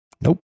Nope